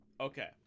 Okay